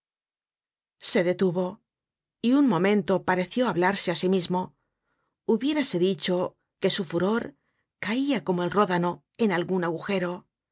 se detuvo y un momento pareció hablarse á sí mismo hubiérase dicho que su furor caia como el ródano en algun agujero